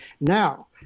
Now